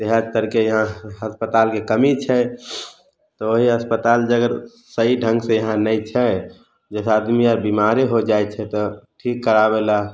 इएह करके यहाँ अस्पतालके कमी छै तऽ वहीँ अस्पताल जे अगर सही ढंग से इहाँ नहि छै जाहिसे आदमी आर बिमाड़े हो जाइ छै तऽ ठीक कराबे लए